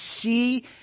see